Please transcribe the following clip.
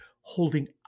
holding